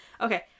Okay